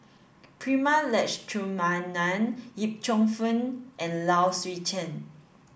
Prema Letchumanan Yip Cheong and Low Swee Chen